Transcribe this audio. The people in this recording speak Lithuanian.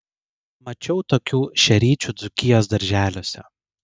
mačiau tokių šeryčių dzūkijos darželiuose